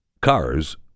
cars